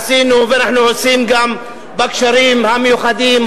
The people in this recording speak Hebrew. עשינו ואנחנו עושים גם בקשרים המיוחדים,